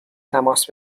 تماس